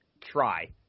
try